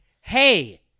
hey